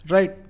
Right